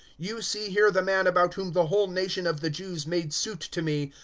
you see here the man about whom the whole nation of the jews made suit to me,